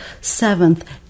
seventh